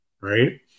right